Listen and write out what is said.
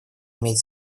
имеет